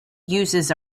uses